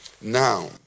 Now